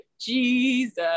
jesus